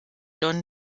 don